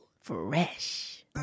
fresh